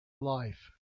life